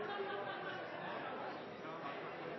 Me har